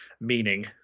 meaning